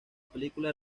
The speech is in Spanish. película